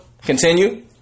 Continue